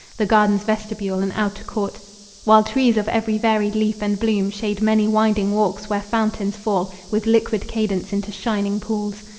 the garden's vestibule and outer court while trees of every varied leaf and bloom shade many winding walks, where fountains fall with liquid cadence into shining pools.